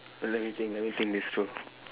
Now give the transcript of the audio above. wait let me think let me think this through